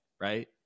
Right